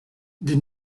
did